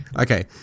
Okay